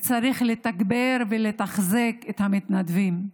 צריך לתגבר ולתחזק את המתנדבים,